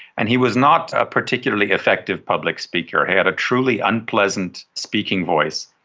and he was not a particularly effective public speaker, he had a truly unpleasant speaking voice,